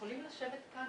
תראו את השוליים.